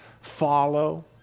Follow